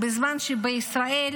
בזמן שבישראל,